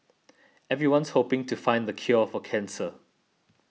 everyone's hoping to find the cure for cancer